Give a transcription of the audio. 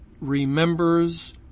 remembers